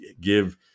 give